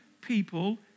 people